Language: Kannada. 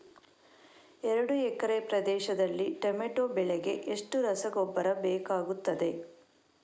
ಎರಡು ಎಕರೆ ಪ್ರದೇಶದಲ್ಲಿ ಟೊಮ್ಯಾಟೊ ಬೆಳೆಗೆ ಎಷ್ಟು ರಸಗೊಬ್ಬರ ಬೇಕಾಗುತ್ತದೆ?